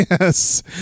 Yes